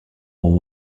war